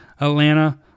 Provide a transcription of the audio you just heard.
Atlanta